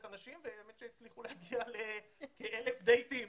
אנשים והם הצליחו להגיע לכ-1,000 דייטים.